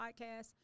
podcast